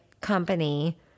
Company